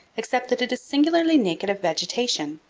except that it is singularly naked of vegetation,